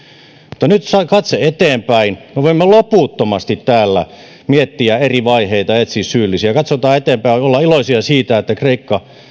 mutta nyt katse eteenpäin me voimme loputtomasti täällä miettiä eri vaiheita ja etsiä syyllisiä katsotaan eteenpäin ja ollaan iloisia siitä että